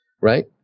right